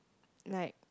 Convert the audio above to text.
like